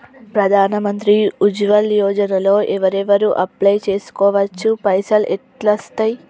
ప్రధాన మంత్రి ఉజ్వల్ యోజన లో ఎవరెవరు అప్లయ్ చేస్కోవచ్చు? పైసల్ ఎట్లస్తయి?